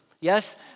Yes